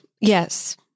yes